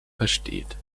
versteht